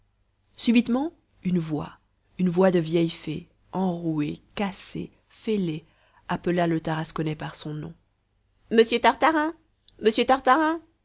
subitement une voix une voix de vieille fée enrouée cassée fêlée appela le tarasconnais par son nom monsieur tartarin monsieur tartarin